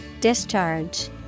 Discharge